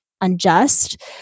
unjust